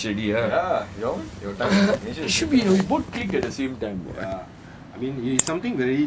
oh good finish already it should be we both clicked at the same time [what]